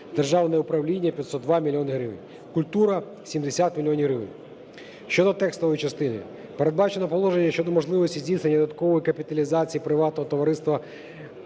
державне управління – 502 мільйони гривень, культура – 70 мільйонів гривень. Щодо текстової частини, передбачено положення щодо можливості здійснення додаткової капіталізації приватного товариства